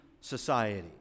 society